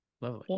lovely